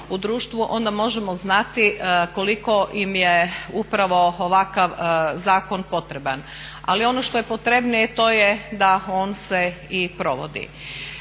onda možemo znati koliko im je upravo ovakav zakon potreban. Ali ono što je potrebnije to je da on se i provodi.